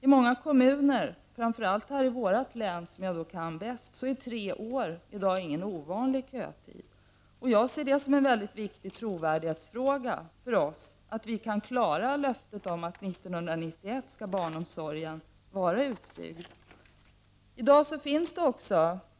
I många kommuner, framför allt i mitt hemlän, som jag bäst känner till, är i dag tre år inte någon ovanlig kötid. Att vi kan uppfylla löftet om att barnomsorgen skall vara utbyggd 1991 ser jag som en väldigt viktig trovärdighetsfråga för oss.